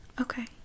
okay